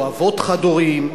או אבות חד-הוריים.